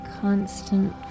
Constant